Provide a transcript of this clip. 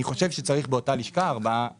חושב שצריך באותה לשכה ארבעה עובדים.